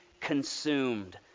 consumed